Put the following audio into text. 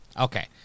Okay